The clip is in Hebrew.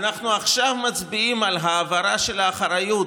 אנחנו עכשיו מצביעים על ההעברה של האחריות